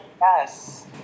Yes